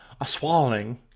a-swallowing